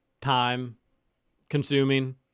time-consuming